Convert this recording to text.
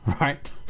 right